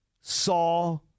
saw